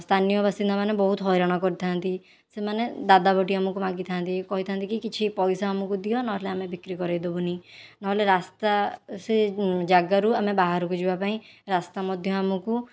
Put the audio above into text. ସ୍ଥାନୀୟ ବାସିନ୍ଦାମାନେ ବହୁତ ହଇରାଣ କରିଥାନ୍ତି ସେମାନେ ଦାଦାବଟି ଆମକୁ ମାଗିଥାନ୍ତି କହିଥାନ୍ତି କି କିଛି ପଇସା ଆମକୁ ଦିଅ ନହେଲେ ଆମେ ବିକ୍ରି କରାଇ ଦେବୁନି ନହେଲେ ରାସ୍ତା ସେ ଜାଗାରୁ ଆମେ ବାହାରକୁ ଯିବା ପାଇଁ ରାସ୍ତା ମଧ୍ୟ ଆମକୁ